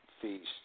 feast